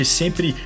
sempre